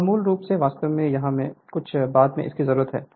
यह मूल रूप से वास्तव में यहाँ है मुझे बाद में इसकी जरूरत है